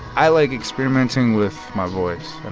i like experimenting with my voice, and